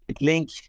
link